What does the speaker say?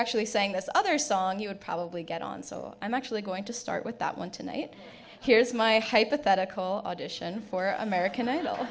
actually saying this other song you would probably get on so i'm actually going to start with that one tonight here's my hypothetical audition for american idol